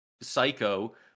psycho